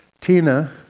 Tina